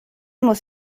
muss